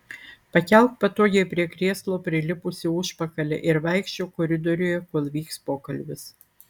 pakelk patogiai prie krėslo prilipusį užpakalį ir vaikščiok koridoriuje kol vyks pokalbis